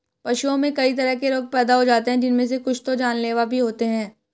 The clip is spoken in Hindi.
पशुओं में कई तरह के रोग पैदा हो जाते हैं जिनमे से कुछ तो जानलेवा भी होते हैं